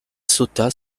sauta